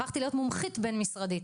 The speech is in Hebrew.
הפכתי להיות מומחית בין משרדית.